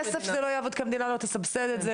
הכסף זה לא יעבוד כי המדינה לא תסבסד את זה,